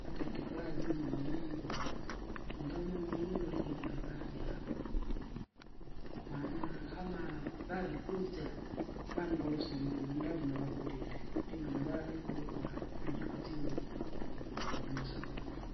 akati akifuraa juma munumbula jingamwe munumbula ijo jifuraa jako. Maana kama vavikusya, vanu volosya unu- unudali nuvakulile, lino navavikulu ukuva, najukusiwa mui- munanii musokoni.